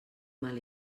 mal